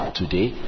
today